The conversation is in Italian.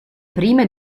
prime